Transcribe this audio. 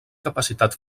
capacitat